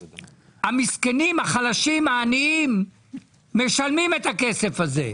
המסכנים, החלשים, העניים, משלמים את הכסף הזה.